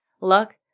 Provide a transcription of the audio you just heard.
luck